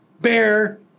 bear